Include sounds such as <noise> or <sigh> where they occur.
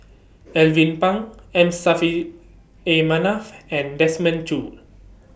<noise> Alvin Pang M Saffri A Manaf and Desmond Choo